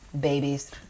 Babies